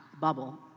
bubble